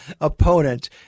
opponent